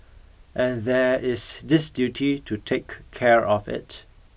and there is this duty to take care of it